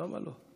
למה לא?